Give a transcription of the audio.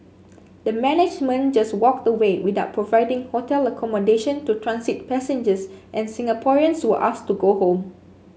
the management just walked away without providing hotel accommodation to transit passengers and Singaporeans were asked to go home